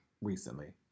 recently